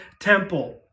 temple